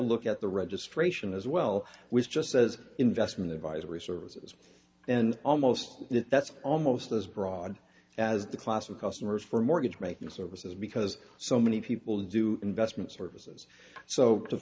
look at the registration as well which just says investment advisory services and almost that's almost as broad as the class of customers for mortgage making services because so many people do investment service so to